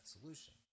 solution